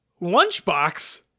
Lunchbox